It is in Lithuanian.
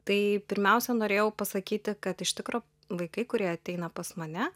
tai pirmiausia norėjau pasakyti kad iš tikro vaikai kurie ateina pas mane